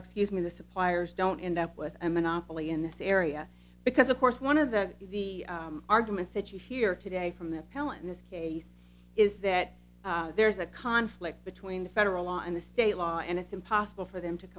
excuse me the suppliers don't end up with a monopoly in this area because of course one of the the arguments that you hear today from the pella in this case is that there's a conflict between the federal law and the state law and it's impossible for them to